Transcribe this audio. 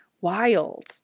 Wild